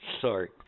Sorry